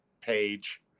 page